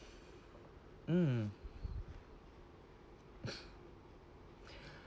mmhmm